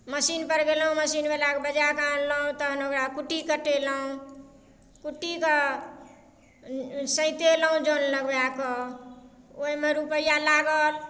machine पर गेलहुॅं machine बलाके बजाए कऽ आनलहुॅं तहन ओकरा कुट्टी कटेलहुॅं कुट्टीके सैंतेलहुॅं जन लगबाए कऽ ओहिमे रुपैआ लागल